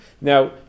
Now